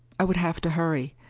i would have to hurry.